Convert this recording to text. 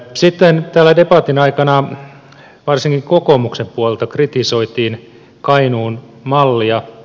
sitten täällä debatin aikana varsinkin kokoomuksen puolelta kritisoitiin kainuun mallia